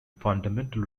fundamental